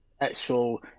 actual